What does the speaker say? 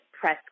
press